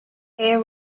air